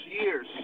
years